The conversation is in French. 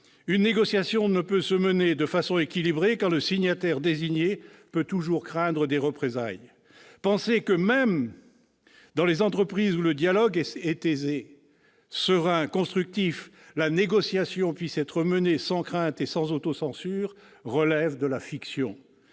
une négociation ne peut être menée de façon équilibrée quand le signataire désigné peut toujours craindre des représailles. Même s'agissant des entreprises où le dialogue est aisé, serein, constructif, penser que la négociation puisse être menée sans crainte et sans autocensure relève de la fiction.